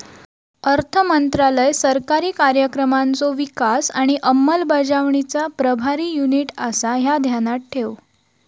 अर्थमंत्रालय सरकारी कार्यक्रमांचो विकास आणि अंमलबजावणीचा प्रभारी युनिट आसा, ह्या ध्यानात ठेव